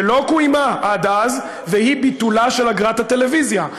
שלא קוימה עד אז, והיא ביטול אגרת הטלוויזיה.